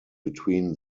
between